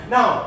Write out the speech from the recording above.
Now